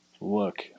look